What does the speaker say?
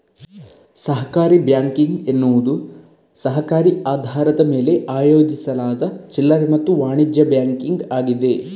ಸಹಕಾರಿ ಬ್ಯಾಂಕಿಂಗ್ ಎನ್ನುವುದು ಸಹಕಾರಿ ಆಧಾರದ ಮೇಲೆ ಆಯೋಜಿಸಲಾದ ಚಿಲ್ಲರೆ ಮತ್ತು ವಾಣಿಜ್ಯ ಬ್ಯಾಂಕಿಂಗ್ ಆಗಿದೆ